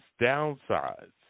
downsides